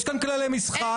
יש כאן כללי משחק.